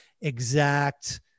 exact